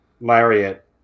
lariat